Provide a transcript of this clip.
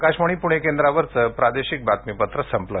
आकाशवाणी पूणे केंद्रावरचं प्रादेशिक बातमीपत्र संपलं